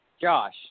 Josh